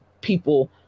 people